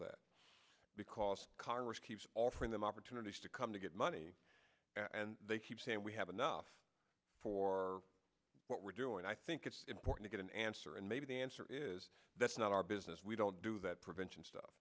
that because congress keeps offering them opportunities to come to get money and they keep saying we have enough for what we're doing i think it's important get an answer and maybe the answer is that's not our business we don't do that prevention stuff